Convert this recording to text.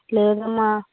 లేదమ్మా